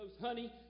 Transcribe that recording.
Honey